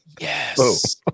yes